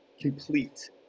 complete